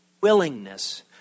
willingness